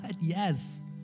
Yes